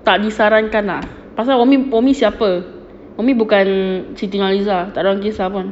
tak disarankan lah pasal umi umi siapa umi bukan siti nurhaliza takde orang kisah pun